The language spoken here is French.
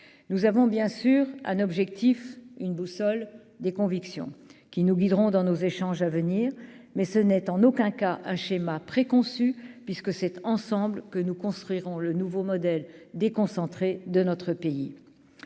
nous avons bien sûr un objectif une boussole des convictions qui nous guideront dans nos échanges à venir, mais ce n'est en aucun cas un schéma préconçu puisque cet ensemble que nous construirons le nouveau modèle déconcentrée de notre pays,